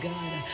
God